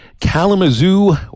Kalamazoo